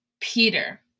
Peter